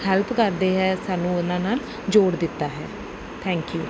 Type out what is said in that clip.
ਹੈਪਲ ਕਰਦੇ ਹੈ ਸਾਨੂੰ ਉਨ੍ਹਾਂ ਨਾਲ ਜੋੜ ਦਿੱਤਾ ਹੈ ਥੈਂਕਿਊ